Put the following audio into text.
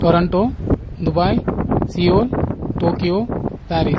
Toronto Dubai Seoul Tokyo Paris